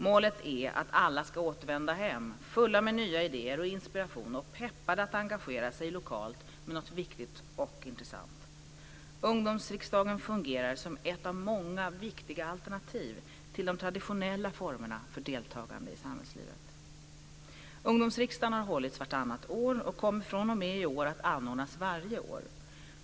Målet är att alla ska återvända hem fulla med nya idéer och inspiration och peppade att engagera sig lokalt med något viktigt och intressant. Ungdomsriksdagen fungerar som ett av många viktiga alternativ till de traditionella formerna för deltagande i samhällslivet. Ungdomsriksdagen har hittills hållits vartannat år och kommer fr.o.m. i år att anordnas varje år.